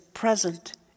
present